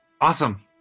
Awesome